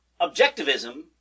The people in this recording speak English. Objectivism